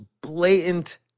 blatant